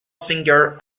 singer